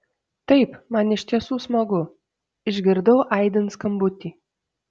taip man iš tiesų smagu išgirdau aidint skambutį